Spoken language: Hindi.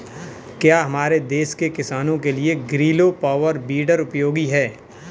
क्या हमारे देश के किसानों के लिए ग्रीलो पावर वीडर उपयोगी है?